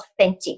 authentic